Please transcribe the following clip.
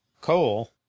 coal